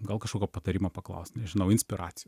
gal kažkokio patarimo paklaust nežinau inspiracijų